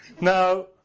Now